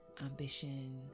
ambition